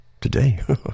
Today